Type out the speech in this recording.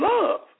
Love